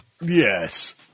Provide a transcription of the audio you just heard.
Yes